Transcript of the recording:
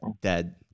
dead